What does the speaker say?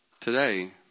Today